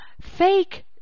fake